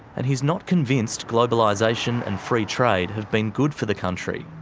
and he's not convinced globalisation and free trade have been good for the country.